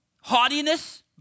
Haughtiness